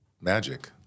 magic